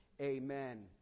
Amen